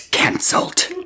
Cancelled